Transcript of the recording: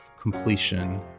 completion